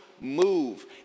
move